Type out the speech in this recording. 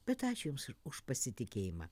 bet ačiū jums už pasitikėjimą